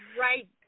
right